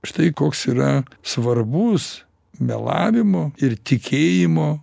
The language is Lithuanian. štai koks yra svarbus melavimo ir tikėjimo